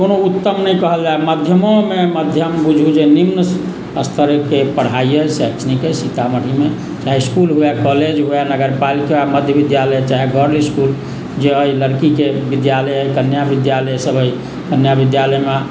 कोनो उत्तम नहि कहल जाय मध्यमोमे मध्यम बुझू जे निम्न स्तरके पढ़ाइ अछि शैक्षणिक अछि सीतामढ़ीमे चाहे इस्कुल हुए कॉलेज हुए नगर पालिका मध्य विद्यालय चाहे गर्ल इस्कुल जे हइ लड़कीके विद्यालय कन्या विद्यालय सभ हइ कन्या विद्यालयमे